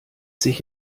sich